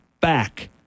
back